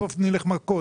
בסוף נלך מכות,